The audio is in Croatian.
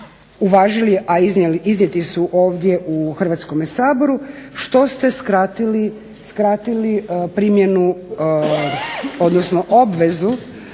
uvažili, a iznijeti su ovdje u Hrvatskome saboru, što ste skratili primjenu, odnosno obvezu